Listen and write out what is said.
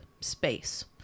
space